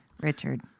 Richard